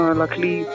luckily